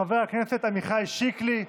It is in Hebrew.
אין שר במליאה.